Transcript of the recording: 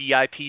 VIP